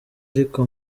ariko